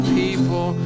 people